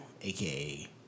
aka